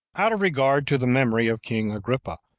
out of regard to the memory of king agrippa,